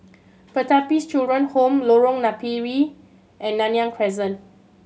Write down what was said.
Pertapis Children Home Lorong Napiri and Nanyang Crescent